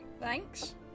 Thanks